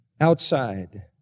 outside